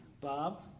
Bob